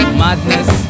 madness